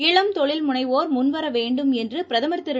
இளம் தொழில் முனைவோர் முன்வரவேண்டும் என்றுபிரதமர் திரு